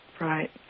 right